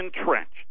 entrenched